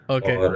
Okay